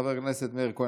חבר הכנסת אבי מעוז,